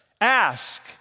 ask